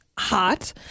hot